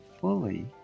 fully